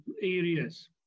areas